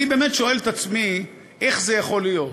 אני באמת שואל את עצמי, איך זה יכול להיות,